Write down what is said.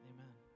Amen